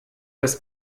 das